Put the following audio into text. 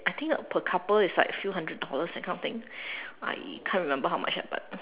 I think per couple it's like a few hundred dollars that kind of thing I can't remember how much ah but